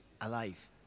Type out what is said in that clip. alive